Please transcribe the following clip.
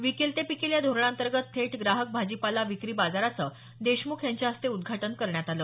विकेल ते पिकेल या धोरणांतर्गत थेट ग्राहक भाजीपाला विक्री बाजाराचं देशमुख यांच्याहस्ते उद्घाटन करण्यात आलं